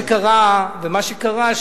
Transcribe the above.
מה שקרה,